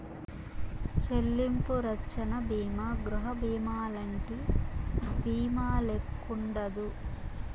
చెల్లింపు రచ్చన బీమా గృహబీమాలంటి బీమాల్లెక్కుండదు